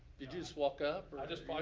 you just woke up or? i just,